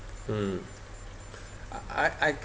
mm I I